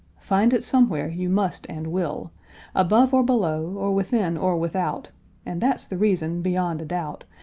find it somewhere you must and will above or below, or within or without and that's the reason, beyond a doubt,